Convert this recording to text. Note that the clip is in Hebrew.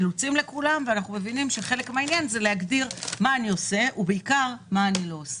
אנחנו מבינים שחלק מהעניין זה להגדיר מה אני עושה ומה אני לא עושה.